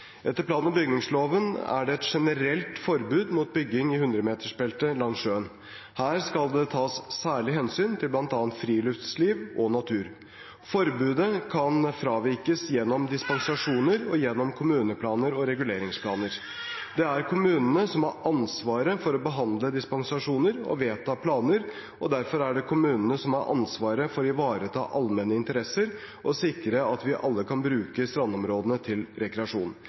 Etter plan- og bygningsloven er det et generelt forbud mot bygging i 100-metersbeltet langs sjøen. Her skal det tas særlig hensyn til bl.a. friluftsliv og natur. Forbudet kan fravikes gjennom dispensasjoner og gjennom kommuneplaner og reguleringsplaner. Det er kommunene som har ansvaret for å behandle dispensasjoner og vedta planer, og derfor er det kommunene som har ansvaret for å ivareta allmenne interesser, og sikre at vi alle kan bruke strandområdene til rekreasjon.